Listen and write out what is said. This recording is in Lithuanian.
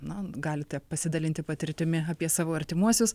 na galite pasidalinti patirtimi apie savo artimuosius